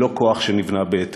ללא כוח שנבנה בהתאם.